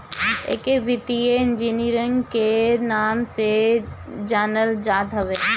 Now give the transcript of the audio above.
एके वित्तीय इंजीनियरिंग के नाम से जानल जात हवे